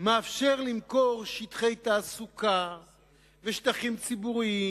מאפשר למכור שטחי תעסוקה ושטחים ציבוריים,